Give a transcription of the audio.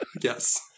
Yes